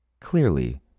Clearly